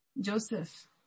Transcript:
Joseph